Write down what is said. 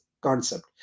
concept